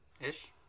Ish